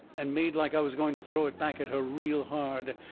and made like i was going to throw it back at her real hard.